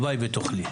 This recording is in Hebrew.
הלוואי ותוכלי.